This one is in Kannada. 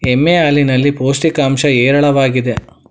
ಎಮ್ಮೆ ಹಾಲಿನಲ್ಲಿ ಪೌಷ್ಟಿಕಾಂಶ ಹೇರಳವಾಗಿದೆ